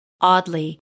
Oddly